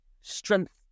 strength